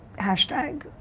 hashtag